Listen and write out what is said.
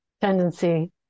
tendency